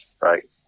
right